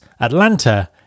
Atlanta